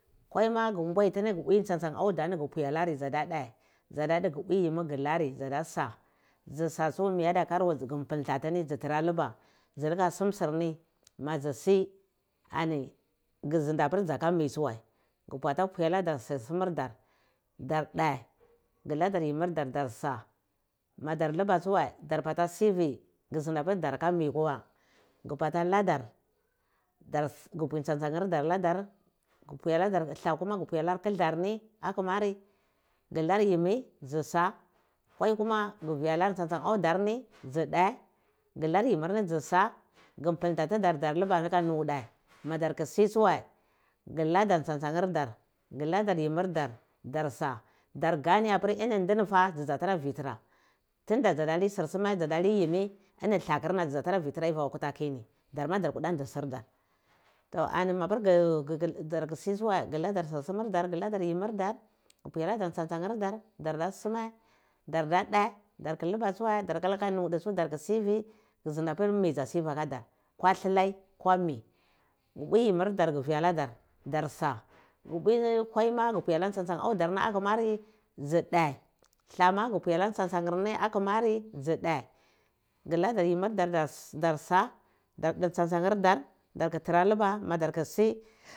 Kwai ma gu mpwi tsan-tsan auda magu pwi alari dzada dhe dzada dhe gu pwi yini gu lari dzadasa dzu sa tsu mi adiy akar wai gu mpilhba tini dzi tara luba dzu luka sum surni madzi si ga zhindi apir dzaka mi tsuwa gu bata pwi aladar sur sumar dar dar dheh guladar yimmirdar dar samadar luba tsuwai dur bata tsire dizindi apir dara akami kum a ghu pata nadar dar ghu mpwi tsantsan nyir dar aladar gu pwi aladar dlah tsuwai gu pwi alar kildlar ni akimari gular yimmi dzi sa kwai kuma guvi alar tsan tsan avdar ni dzi dhe ghilar yimir ni dzistsa ghu mpilta tidar da laba lubar bude madar tsu si tsuwai gu ladar tsan tsan nyir dar ghu ladar yimmir dar darsa dargane apir ini ndinifah dzi dza tana vitira tunda dza da lai sursame dzada lai yimmi ini dlakur nna dzidza tata vitira akwa kuta kini darma dar kuda ndi sirdar to mapir dar kusi tsiwai gu ladar sur simir dar guladar yimmi dar gampwi aladat ntsan-ntsan nyir dar dada sumae darda dae darku luba tsuwae darku luba nuna tsu darku sivi ghu dzindin apir mi dza tsivi akadar kwa tsyai kwa mi ghu mpwi yimmir dar ghu via aladar dars a kvi ma gu pwi alar tsan tsan avda akuma ri dzi dhe ahla ma gu pwi alar tsan tsan nyir ni akamari dzi dher ghu labi yimir dar dar sa da du tsan tsar yirda dar taya luba madarku si